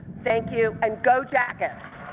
thank you, and go jackets!